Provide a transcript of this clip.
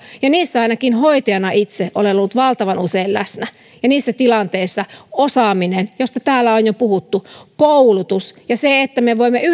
ja niissä ainakin hoitajana itse olen ollut valtavan usein läsnä niissä tilanteissa osaaminen josta täällä on jo puhuttu koulutus ja se että me voimme yhdenvertaisesti